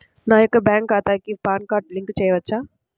నా యొక్క బ్యాంక్ ఖాతాకి పాన్ కార్డ్ లింక్ చేయవచ్చా?